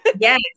Yes